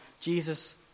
Jesus